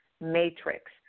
Matrix